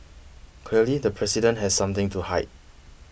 clearly the president has something to hide